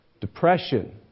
Depression